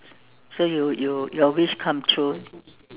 so you you your wish come true